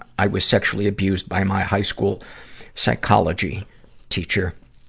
i was sexually abused by my high school psychology teacher.